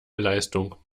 leistung